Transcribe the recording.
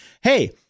hey